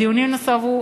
הדיונים נסבו,